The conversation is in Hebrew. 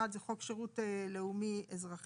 אחד זה חוק שירות לאומי אזרחי,